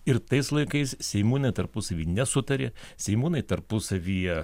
ir tais laikais seimūnai tarpusavy nesutarė seimūnai tarpusavyje